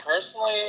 Personally